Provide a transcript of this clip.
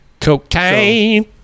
Cocaine